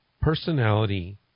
personality